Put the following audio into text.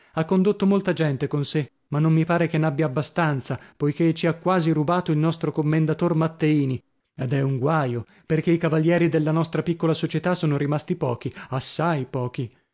ha condotto molta gente con sè ma non mi pare che n'abbia abbastanza poichè ci ha quasi rubato il nostro commendator matteini ed è un guaio perchè i cavalieri della nostra piccola società sono rimasti pochi assai pochi